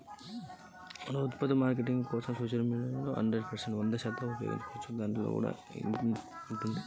మన ఉత్పత్తుల మార్కెటింగ్ కోసం సోషల్ మీడియాను ఉపయోగించవచ్చా?